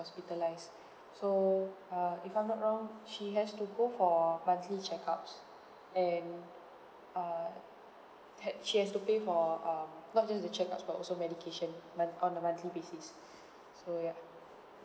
hospitalised so uh if I'm not wrong she has to go for monthly checkups and err had she has to pay for um not just the checkups but also medication month on a monthly basis so yup